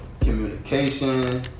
communication